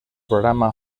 programa